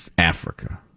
Africa